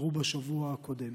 שאירעו בשבוע הקודם.